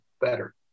better